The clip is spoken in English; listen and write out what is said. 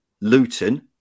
Luton